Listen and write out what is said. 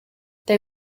they